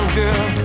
girl